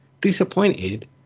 disappointed